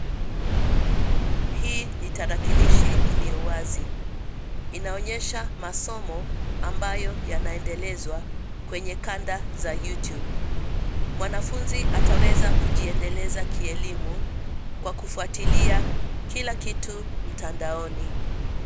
Hii ni tarakilishi iliyo wazi. Inaonyesha masomo ambayo yanaendelezwa kwenye kanda za YouTube . Mwanafunzi ataweza kujiendeleza kielimu kwa kufuatilia kila kitu mtandaoni.